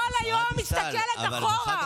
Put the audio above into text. אני כל היום מסתכלת אחורה,